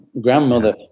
Grandmother